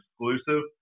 exclusive